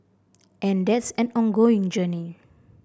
and that's an ongoing journey